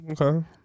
Okay